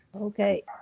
okay